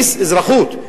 על בסיס אזרחות,